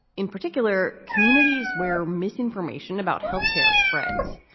in particular communities where misinformation about health care spreads.